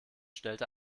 stellte